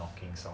walking so